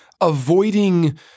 avoiding